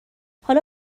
حالا